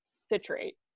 citrate